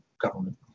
government